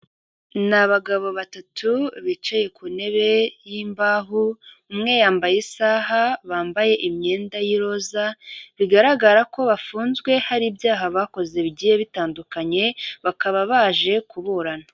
Ni abagabo batatu bicaye ku ntebe y'imbaho, umwe yambaye isaha, bambaye imyenda y'iroza, bigaragara ko bafunzwe hari ibyaha bakoze bigiye bitandukanye, bakaba baje kuburana.